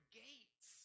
gates